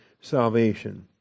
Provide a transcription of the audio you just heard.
salvation